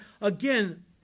again